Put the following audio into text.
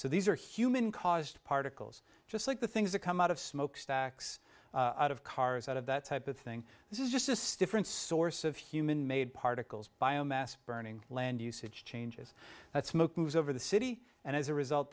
so these are human caused particles just like the things that come out of smokestacks out of cars out of that type of thing this is just a stiffer in source of human made particles biomass burning land usage changes that smoke moves over the city and as a result